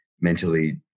mentally